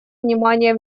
внимание